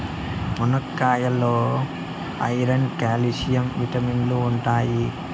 మునక్కాయాల్లో iron, calcium విటమిన్లు ఉంటాయి